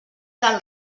del